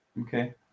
Okay